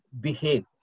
behave